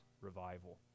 revival